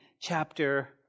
chapter